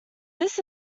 this